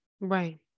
right